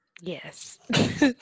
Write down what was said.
Yes